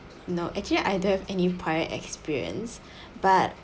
no actually I don't have any prior experience but